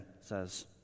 says